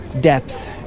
depth